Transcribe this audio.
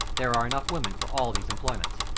there are enough women for all these employments.